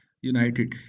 United